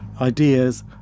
ideas